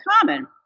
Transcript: common